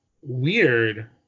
Weird